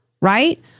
right